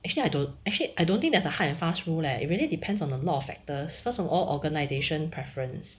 actually I don't actually I don't think there's a hard and fast rule leh it really depends on a lot of factors first of all organisation preference